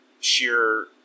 sheer